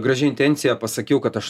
gražia intencija pasakiau kad aš